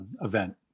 event